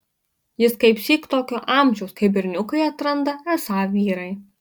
jis kaipsyk tokio amžiaus kai berniukai atranda esą vyrai